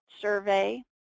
survey